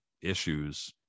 issues